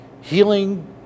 healing